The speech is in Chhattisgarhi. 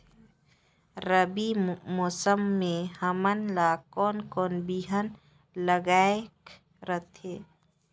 रबी मौसम मे हमन ला कोन कोन बिहान लगायेक रथे?